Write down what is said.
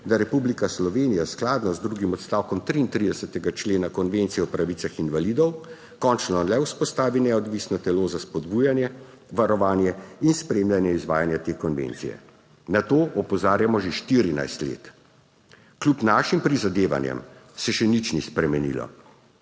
da Republika Slovenija skladno z drugim odstavkom 33. člena Konvencije o pravicah invalidov končno le vzpostavi neodvisno telo za spodbujanje, varovanje in spremljanje izvajanja te konvencije. Na to opozarjamo že 14 let. Kljub našim prizadevanjem se še nič ni spremenilo.